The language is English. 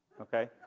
Okay